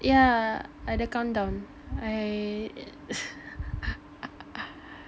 yeah I dah count down I